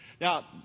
Now